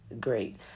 great